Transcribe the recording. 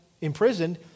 imprisoned